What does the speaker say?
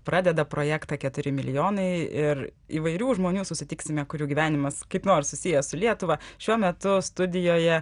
pradeda projektą keturi milijonai ir įvairių žmonių susitiksime kurių gyvenimas kaip nors susijęs su lietuva šiuo metu studijoje